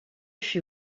fut